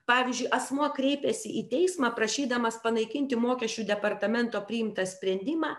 pavyzdžiui asmuo kreipėsi į teismą prašydamas panaikinti mokesčių departamento priimtą sprendimą